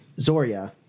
Zoria